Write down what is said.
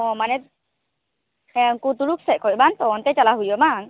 ᱚ ᱢᱟᱱᱮ ᱦᱮᱸ ᱩᱱᱠᱩ ᱛᱩᱲᱩᱠ ᱥᱮᱫ ᱠᱷᱚᱡ ᱵᱟᱝᱛᱚ ᱚᱱᱛᱮ ᱪᱟᱞᱟᱣ ᱦᱩᱭᱩᱜᱼᱟ ᱵᱟᱝ